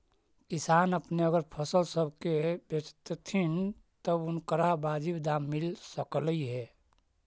किसान अपने अगर फसल सब के बेचतथीन तब उनकरा बाजीब दाम मिल सकलई हे